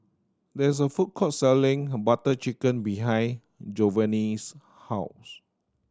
there is a food court selling Butter Chicken behind Jovanni's house